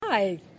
Hi